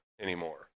anymore